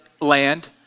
land